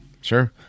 sure